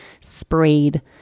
sprayed